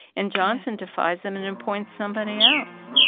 and johnson defies them and appoints somebody else